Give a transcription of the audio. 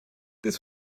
this